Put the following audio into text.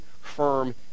firm